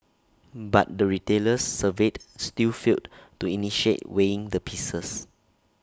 but the retailers surveyed still failed to initiate weighing the pieces